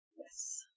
Yes